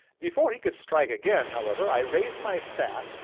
before he could strike again, however, i raised my staff,